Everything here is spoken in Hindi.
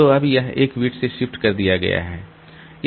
तो अब यह 1 बिट से शिफ्ट कर दिया गया है